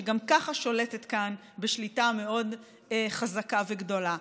שגם כך שולטת כאן שליטה מאוד חזקה וגדולה.